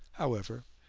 however,